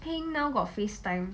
heng now got facetime